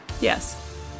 Yes